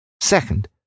Second